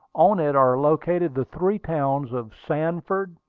on it are located the three towns of sanford,